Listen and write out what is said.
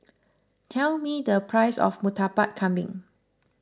tell me the price of Murtabak Kambing